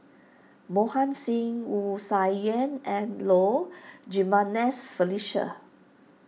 Mohan Singh Wu Tsai Yen and Low Jimenez Felicia